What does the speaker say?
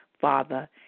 Father